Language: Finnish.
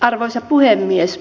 arvoisa puhemies